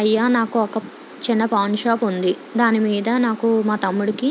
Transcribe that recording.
అయ్యా నాకు వొక చిన్న పాన్ షాప్ ఉంది దాని మీద నాకు మా తమ్ముడి కి